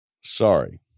Sorry